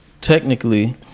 technically